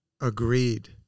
Agreed